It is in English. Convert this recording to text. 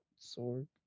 Sword